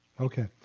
Okay